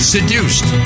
Seduced